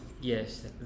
Yes